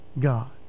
God